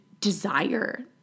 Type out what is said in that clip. desire